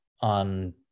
on